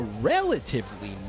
relatively